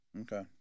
Okay